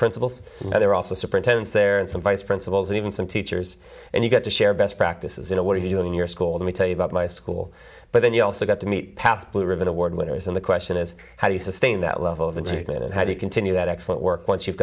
principals and they're also superintendents there and some vice principals and even some teachers and you got to share best practices you know what have you in your school let me tell you about my school but then you also get to meet past blue ribbon award winners and the question is how do you sustain that level of them to get in and how do you continue that excellent work once you've